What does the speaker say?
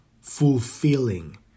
fulfilling